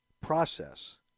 process